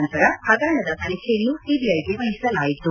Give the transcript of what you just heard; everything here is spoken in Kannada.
ನಂತರ ಹಗರಣದ ತನಿಖೆಯನ್ನು ಸಿಬಿಐಗೆ ವಹಿಸಲಾಯಿತು